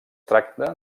tracta